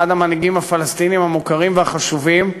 אחד המנהיגים הפלסטינים המוכרים והחשובים,